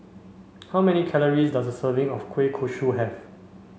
how many calories does a serving of Kueh Kosui have